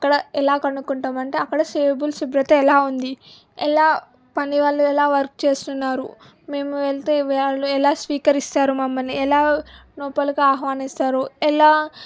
అక్కడ ఎలా కనుక్కుంటాము అంటే అక్కడ టేబుల్ శుభ్రత ఎలా ఉంది ఎలా పనివాళ్ళు ఎలా వర్క్ చేస్తున్నారు మేము వెళితే వాళ్ళు ఎలా స్వీకరిస్తారు మమ్మల్ని ఎలా లోపలికి ఆహ్వానిస్తారు ఎలా